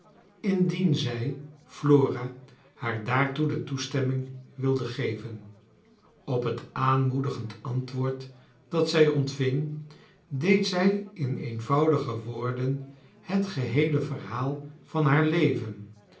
indien zij flora haar daartoe de toestemming wilde geven op het aanmoedigend antwoord dat zij ontving deed zij in eenvoudige wo or den het geheele verhaal van haar leven